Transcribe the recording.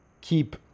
keep